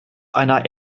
einer